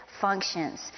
functions